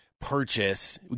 purchase